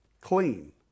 clean